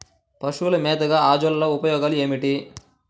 పశువుల మేతగా అజొల్ల ఉపయోగాలు ఏమిటి?